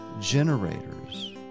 generators